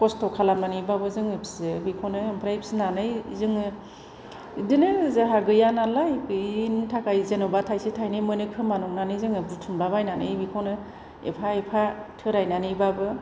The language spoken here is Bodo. खस्थ' खालामनानैब्लाबो जोङो फियो बेखौनो आमफ्राय फिनानै जोङो बिदिनो जाहा गैयानालाय गैयिनि थाखाय जेन'बा थाइसे थाइनै मोनोखोमा नंनानै जोङो बुथुमलाबायनानै बेखौनो एफा एफा थोरायनानैब्लाबो